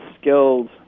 skilled